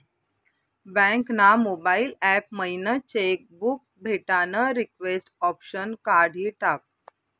bank ना mobile app मयीन cheque book भेटानं रिक्वेस्ट ऑप्शन काढी टाकं